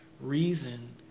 reason